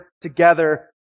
together